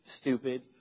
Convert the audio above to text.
stupid